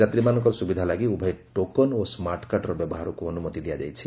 ଯାତ୍ରୀମାନଙ୍କର ସୁବିଧା ଲାଗି ଉଭୟ ଟୋକନ୍ ଓ ସ୍କାର୍ଟକାର୍ଡର ବ୍ୟବହାରକୁ ଅନୁମତି ଦିଆଯାଇଛି